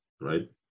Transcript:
right